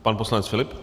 Pan poslanec Filip.